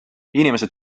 inimesed